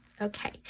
okay